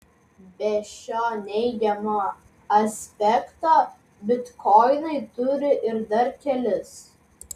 be šio neigiamo aspekto bitkoinai turi ir dar kelis